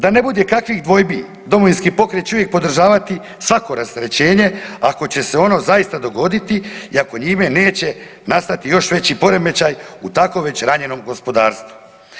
Da ne bude kakvih dvojbi Domovinski pokret će uvijek podržavati svako rasterećenje ako će se ono zaista dogoditi i ako njime neće nastati još veći poremećaj u tako već ranjenom gospodarstvu.